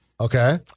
Okay